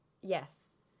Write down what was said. Yes